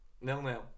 Nil-nil